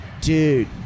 dude